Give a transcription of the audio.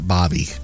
Bobby